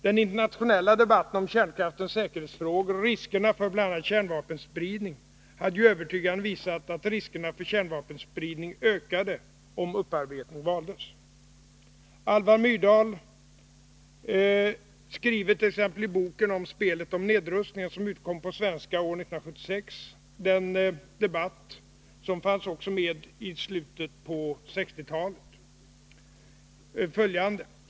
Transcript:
Den internationella debatten om kärnkraftens säkerhetsfrågor och riskerna för bl.a. kärnvapenspridning hade ju övertygande visat att riskerna för kärnvapenspridning ökade om upparbetning valdes. Alva Myrdal beskriver t.ex. i boken Spelet om nedrustningen, som utkom på svenska 1976, den debatt som fanns också i slutet av 1960-talet.